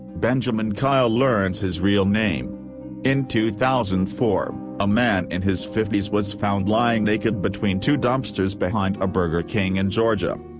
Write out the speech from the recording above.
benjaman kyle learns his real name in two thousand and four, a man in his fifties was found lying naked between two dumpsters behind a burger king in georgia.